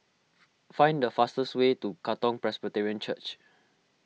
find the fastest way to Katong Presbyterian Church